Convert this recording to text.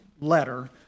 letter